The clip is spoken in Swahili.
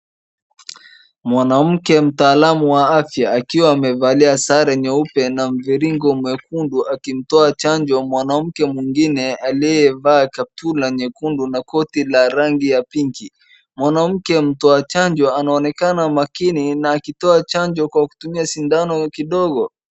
Mwanamke mtaalam wa afya akiwa amevalia sare nyeupe na mviringo mwekundu akimtoa chanjo mwanamke mwingine aliyevaa kaptura nyekundu na koti la rangi la pinki. Mwanamke mtoa chanjo anaonekana makini na akitoa chanjo kwa kutumia sindano kidogo.